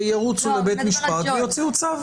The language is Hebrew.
ירוצו לבית משפט ויוציאו צו.